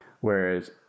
Whereas